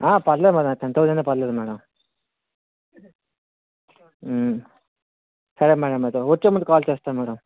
ఆ పర్లేదు madam ten thousand అయినా పర్లేదు మేడమ్ సరే మేడమ్ అయితే వచ్ఛే ముందు కాల్ చేస్తా మేడమ్